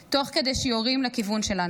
תוך כדי שיורים לכיוון שלנו.